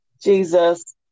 Jesus